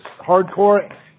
Hardcore